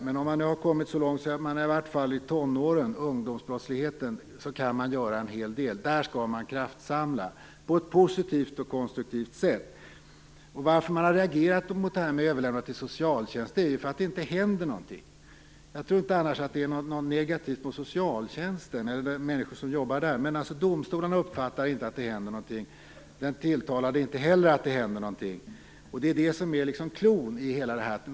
Men om man nått så långt som till tonåren går det att göra en hel del åt tonårsbrottsligheten. Där skall man kraftsamla på ett positivt och konstruktivt sätt. Anledningen till att man har reagerat mot att överlämna till socialtjänsten är att det inte händer någonting. Jag tror inte att det i övrigt är något negativt med socialtjänsten eller med dem som jobbar där. Men varken domstolarna eller den tilltalade upplever att något händer. Det är liksom klon här.